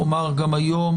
אומר גם היום,